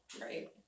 Right